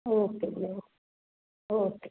okay ਜੀ okay okay